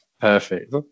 perfect